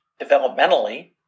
developmentally